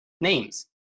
Names